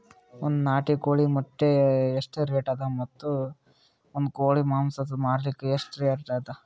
ಒಂದ್ ನಾಟಿ ಕೋಳಿ ಮೊಟ್ಟೆ ಎಷ್ಟ ರೇಟ್ ಅದ ಮತ್ತು ಒಂದ್ ಕೋಳಿ ಮಾಂಸ ಮಾರಲಿಕ ಏನ ರೇಟ್ ಅದ?